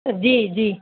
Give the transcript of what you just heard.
جی جی